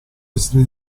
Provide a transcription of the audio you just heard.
essere